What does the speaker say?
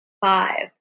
five